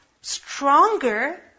stronger